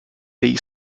dei